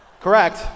Correct